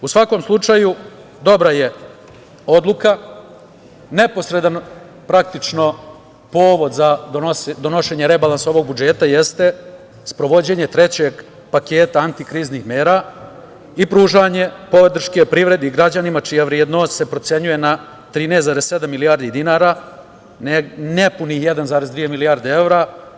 U svakom slučaju, dobra je odluka, neposredan praktično povod za donošenje rebalansa ovog budžeta jeste sprovođenje trećeg paketa antikriznih mera i pružanje podrške privredi i građanima čija vrednost se procenjuje na 13,7 milijardi dinara, nepunih 1,2 milijardi evra.